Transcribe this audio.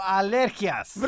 alergias